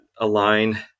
Align